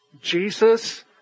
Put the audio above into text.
Jesus